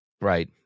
Right